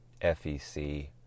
fec